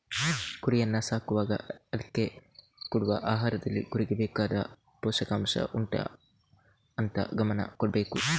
ಕುರಿಯನ್ನ ಸಾಕುವಾಗ ಅದ್ಕೆ ಕೊಡುವ ಆಹಾರದಲ್ಲಿ ಕುರಿಗೆ ಬೇಕಾದ ಪೋಷಕಾಂಷ ಉಂಟಾ ಅಂತ ಗಮನ ಕೊಡ್ಬೇಕು